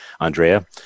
Andrea